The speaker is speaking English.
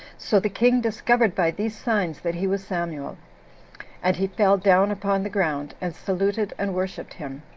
so the king discovered by these signs that he was samuel and he fell down upon the ground, and saluted and worshipped him.